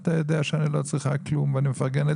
אתה יודע שאני לא צריכה כלום ואני מפרגנת